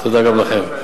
תודה גם לכם.